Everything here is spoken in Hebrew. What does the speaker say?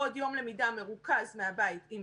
יש להן עוד יום למידה מרוכז מהבית עם